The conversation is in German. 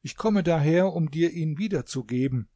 ich komme daher um dir ihn wiederzugeben